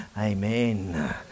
Amen